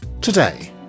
Today